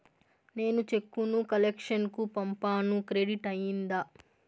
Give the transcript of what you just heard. నేను చెక్కు ను కలెక్షన్ కు పంపాను క్రెడిట్ అయ్యిందా